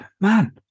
man